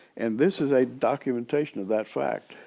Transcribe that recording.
and this is a documentation of that fact.